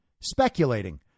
speculating